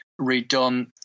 redone